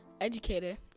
educator